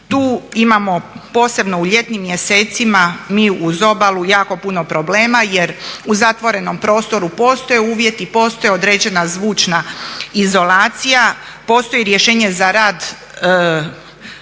Tu imamo posebno u ljetnim mjesecima mi uz obalu jako puno problema jer u zatvorenom prostoru postoje uvjeti, postoji određena zvučna izolacija, postoji rješenje za rad